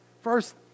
First